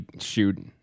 shoot